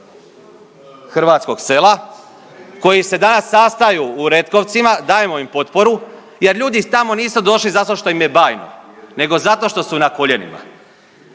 hrvatskog sela koji se danas sastaju u Retkovcima, dajemo im potporu jer ljudi tamo nisu došli zato što im je bajno, nego zato što su na koljenima.